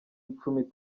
icumi